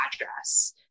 address